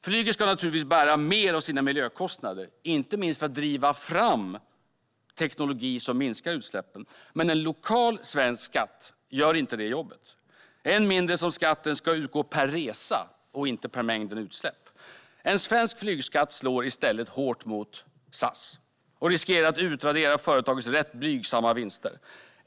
Flyget ska naturligtvis bära mer av sina miljökostnader, inte minst för att driva fram teknologi som minskar utsläppen. Men en lokal svensk skatt gör inte det jobbet, särskilt som skatten ska utgå per resa och inte per mängd utsläpp. En svensk flygskatt slår i stället hårt mot SAS och riskerar att utradera företagets ganska blygsamma vinster.